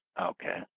Okay